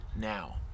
now